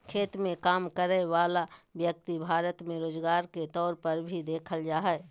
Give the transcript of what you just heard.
खेत मे काम करय वला व्यक्ति भारत मे रोजगार के तौर पर भी देखल जा हय